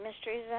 Mysteries